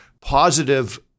positive